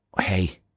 hey